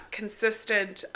consistent